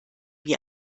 wie